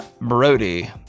Brody